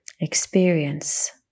experience